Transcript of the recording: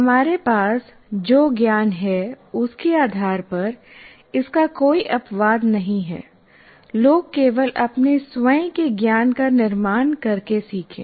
हमारे पास जो ज्ञान है उसके आधार पर इसका कोई अपवाद नहीं है लोग केवल अपने स्वयं के ज्ञान का निर्माण करके सीखें